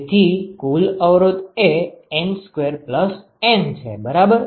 તેથી કુલ અવરોધ એ N2N છે બરાબર